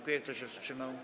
Kto się wstrzymał?